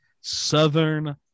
Southern